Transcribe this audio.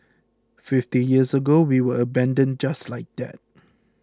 fifty years ago we were abandoned just like that